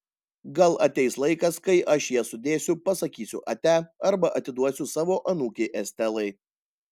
gal ateis laikas kai aš jas sudėsiu pasakysiu ate arba atiduosiu savo anūkei estelai